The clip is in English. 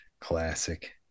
classic